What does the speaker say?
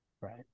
Right